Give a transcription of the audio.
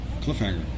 Cliffhanger